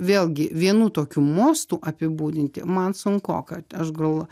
vėlgi vienu tokiu mostu apibūdinti man sunkoka aš gal